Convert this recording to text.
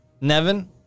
Nevin